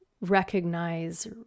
recognize